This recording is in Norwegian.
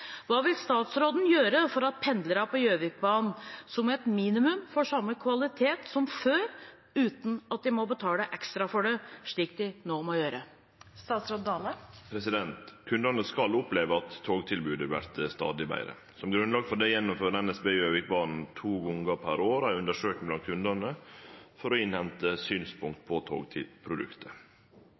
Hva vil statsråden gjøre for at pendlere på Gjøvikbanen som et minimum får samme kvalitet som før uten at de må betale ekstra for det, slik de nå må gjøre?» Kundane skal oppleve at togtilbodet vert stadig betre. Som grunnlag for det gjennomfører NSB Gjøvikbanen to gonger per år ei undersøking blant kundane for å hente inn synspunkt på